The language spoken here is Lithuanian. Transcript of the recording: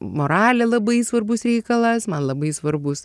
moralė labai svarbus reikalas man labai svarbūs